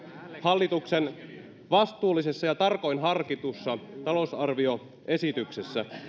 hallituksen vastuullisessa ja tarkoin harkitussa talousarvioesityksessä